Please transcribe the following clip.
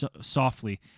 softly